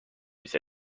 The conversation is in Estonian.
mis